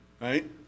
right